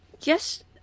Yes